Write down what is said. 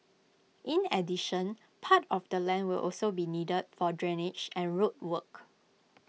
in addition part of the land will also be needed for drainage and road work